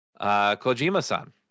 Kojima-san